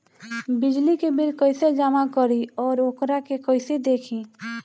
बिजली के बिल कइसे जमा करी और वोकरा के कइसे देखी?